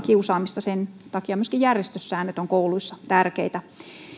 kiusaamista sen takia myöskin järjestyssäännöt ovat kouluissa tärkeitä